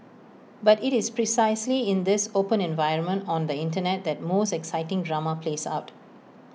but IT is precisely in this open environment on the Internet that most exciting drama plays out